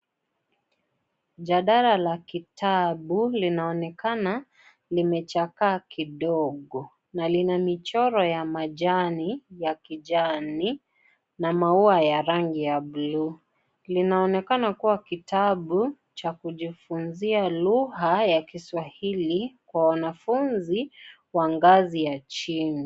Jadala la kitabu linaonekana limechakaa kidogo, na lina michoro ya majani ya kijani na maua ya rangi ya bluu. Linaonekana kuwa kitabu cha kujifunzia lugha ya kiswahili kwa wanafunzi wa ngazi ya chini.